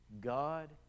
God